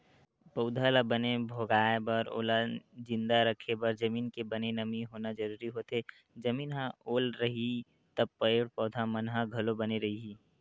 पउधा ल बने भोगाय बर ओला जिंदा रखे बर जमीन के बने नमी होना जरुरी होथे, जमीन ह ओल रइही त पेड़ पौधा मन ह घलो बने रइही